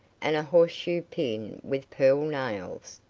and a horseshoe pin with pearl nails.